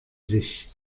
sich